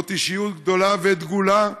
זאת אישיות גדולה ודגולה,